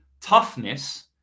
toughness